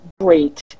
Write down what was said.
great